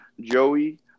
Joey